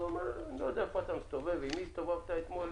או שאני לא יודע איפה אתה מסתובב ועם מי הסתובבת אתמול.